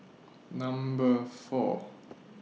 Number four